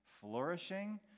flourishing